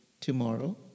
tomorrow